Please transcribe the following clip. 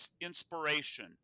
inspiration